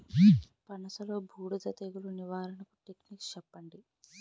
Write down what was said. పనస లో బూడిద తెగులు నివారణకు టెక్నిక్స్ చెప్పండి?